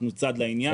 אנחנו צד לעניין.